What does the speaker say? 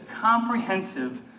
comprehensive